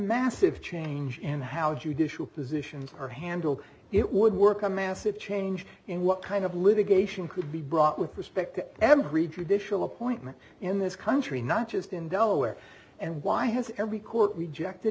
massive change in how judicial positions are handled it would work a massive change in what kind of litigation could be brought with respect to every judicial appointment in this country not just in delaware and why has every court rejected